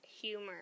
humor